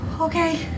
Okay